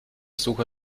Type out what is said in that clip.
suche